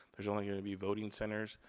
there's only going to be voting centers.